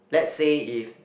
let's say if